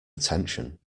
attention